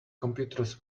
computers